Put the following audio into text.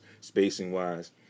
spacing-wise